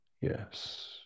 Yes